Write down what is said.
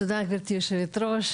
תודה גבירתי היו"ר,